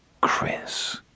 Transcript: Chris